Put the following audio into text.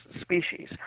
species